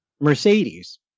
mercedes